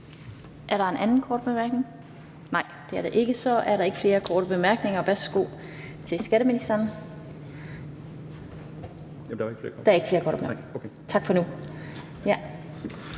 Er der en anden kort bemærkning? Nej, det er der ikke, og så er der ikke flere korte bemærkninger. Tak til skatteministeren. Da der ikke er flere, der har